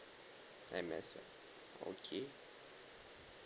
M_S_F okay